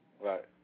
Right